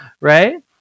right